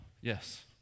Yes